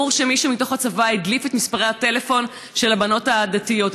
ברור שמישהו מתוך הצבא הדליף את מספרי הטלפון של הבנות הדתיות.